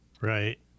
Right